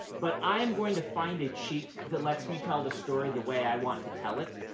but i am going to find a cheat that lets me tell the story the way i want to tell it,